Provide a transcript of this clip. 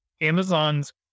Amazon's